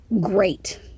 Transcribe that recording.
great